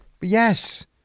Yes